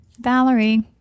Valerie